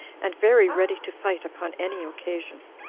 and very ready to fight upon any occasion.